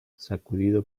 sacudido